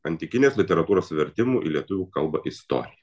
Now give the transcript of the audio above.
antikinės literatūros vertimų lietuvių kalba istorija